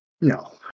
No